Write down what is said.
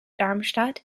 darmstadt